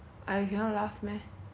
the last country I've been to